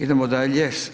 Idemo dalje.